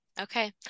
Okay